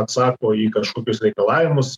atsako į kažkokius reikalavimus